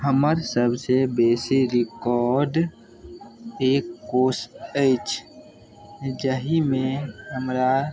हमर सबसे बेसी रिकॉर्ड एक कोश अछि जहिमे हमरा